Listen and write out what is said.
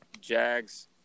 Jags